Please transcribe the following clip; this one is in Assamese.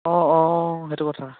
অঁ অঁ সেইটো কথা